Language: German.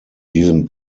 diesem